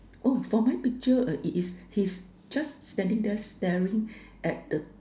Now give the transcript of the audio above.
oh from my picture it is he just standing there staring at the